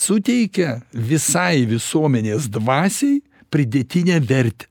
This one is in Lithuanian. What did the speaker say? suteikia visai visuomenės dvasiai pridėtinę vertę